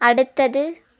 அடுத்தது